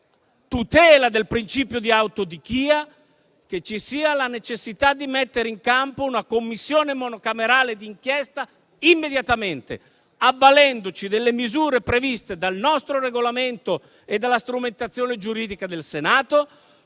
tutela del principio di autodichia, che ci sia la necessità di mettere in campo immediatamente una Commissione monocamerale di inchiesta, avvalendoci delle misure previste dal nostro Regolamento e dalla strumentazione giuridica del Senato.